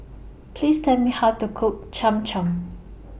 Please Tell Me How to Cook Cham Cham